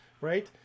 right